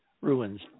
ruins